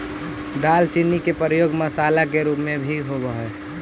दालचीनी के प्रयोग मसाला के रूप में भी होब हई